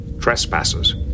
trespassers